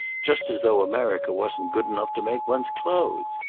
just as though america wasn't good enough to make one's clothes!